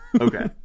Okay